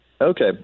okay